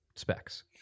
Specs